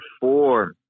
four